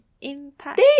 impact